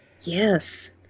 yes